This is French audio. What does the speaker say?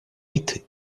vite